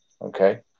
okay